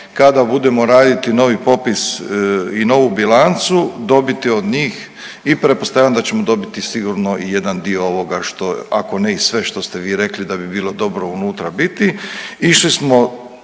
kada budemo raditi novi popis i novu bilancu dobiti od njih i pretpostavljam da ćemo dobiti i sigurno i jedan dio ovoga što, ako ne i sve što ste vi rekli da bi bilo dobro unutra biti.